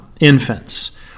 infants